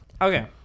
Okay